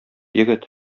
егет